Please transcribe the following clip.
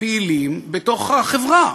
פעילים בתוך החברה.